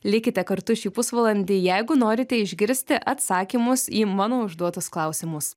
likite kartu šį pusvalandį jeigu norite išgirsti atsakymus į mano užduotus klausimus